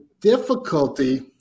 difficulty